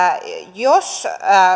jos